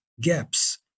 gaps